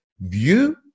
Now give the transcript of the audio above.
view